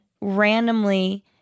randomly